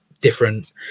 different